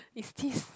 is this